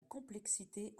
complexité